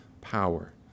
power